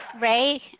Ray